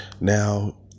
Now